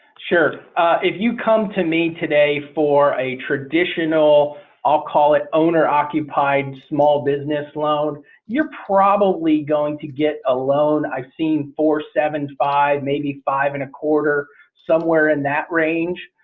sure if you come to me today for a traditional i'll call it owner-occupied small business loan you're probably going to get a loan. i've seen four point seven five maybe five and a quarter somewhere in that range.